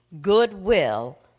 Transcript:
goodwill